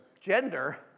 gender